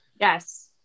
Yes